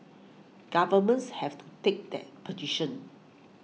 governments have to take that position